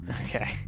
Okay